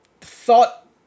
thought